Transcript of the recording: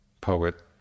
poet